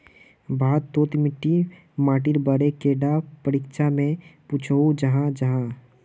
भारत तोत मिट्टी माटिर बारे कैडा परीक्षा में पुछोहो जाहा जाहा?